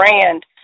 brand